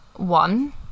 one